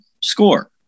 score